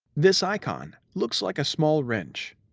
this icon looks like a small wrench.